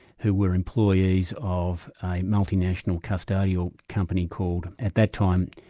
who were employees of a multinational custodial company called at that time,